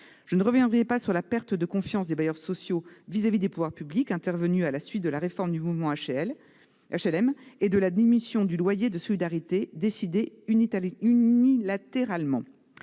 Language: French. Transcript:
Je ne reviendrai pas sur la perte de confiance des bailleurs sociaux vis-à-vis des pouvoirs publics, survenue à la suite de la réforme du mouvement HLM et de la réduction de loyer de solidarité, décidée unilatéralement.